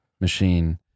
machine